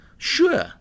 sure